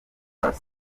palace